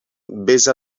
besa